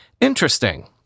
interesting